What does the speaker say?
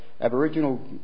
Aboriginal